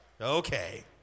Okay